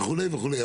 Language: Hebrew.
וכולה וכולה.